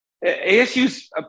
ASU's